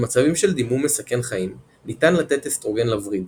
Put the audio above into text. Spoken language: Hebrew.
במצבים של דימום מסכן חיים ניתן לתת אסטרוגן לווריד,